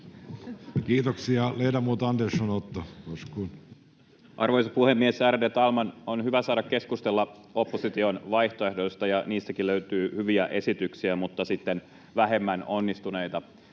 Kiitoksia. — Ledamot Andersson, Otto, varsågod. Arvoisa puhemies, ärade talman! On hyvä saada keskustella opposition vaihtoehdoista, ja niistäkin löytyy hyviä esityksiä mutta sitten vähemmän onnistuneita.